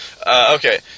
okay